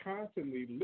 Constantly